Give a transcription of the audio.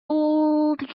old